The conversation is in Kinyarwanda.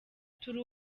turi